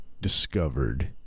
discovered